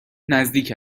نزدیک